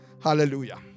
Hallelujah